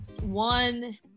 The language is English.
one